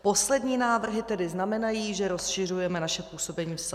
Poslední návrhy tedy znamenají, že rozšiřujeme naše působení v Sahelu.